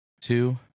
Two